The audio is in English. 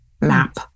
map